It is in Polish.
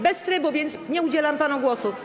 Bez trybu, więc nie udzielam panu głosu.